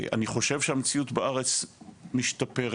אני חושב שהמציאות בארץ משתפרת,